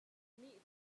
nih